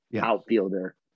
outfielder